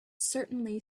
certainly